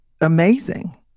amazing